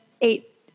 eight